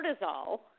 cortisol